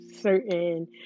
certain